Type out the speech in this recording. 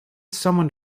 someone